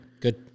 Good